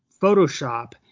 photoshop